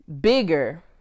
Bigger